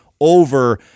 over